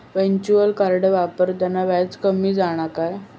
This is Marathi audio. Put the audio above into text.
व्हर्चुअल कार्ड वापरताना व्याज कमी जाणा नाय